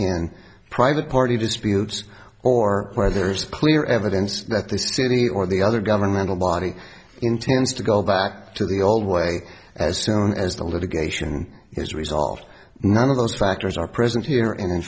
in private party disputes or where there's clear evidence that the city or the other governmental body intends to go back to the old way as soon as the litigation is resolved none of those factors are present here in